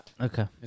Okay